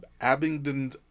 Abingdon